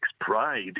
pride